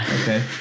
okay